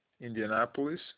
Indianapolis